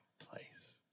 Place